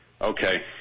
okay